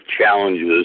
challenges